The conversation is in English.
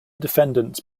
defendants